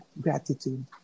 gratitude